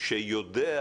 שיודע